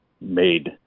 made